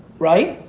right?